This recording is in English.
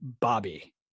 Bobby